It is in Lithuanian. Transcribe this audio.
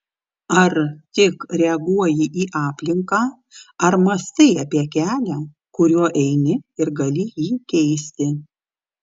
ar tik reaguoji į aplinką ar mąstai apie kelią kuriuo eini ir gali jį keisti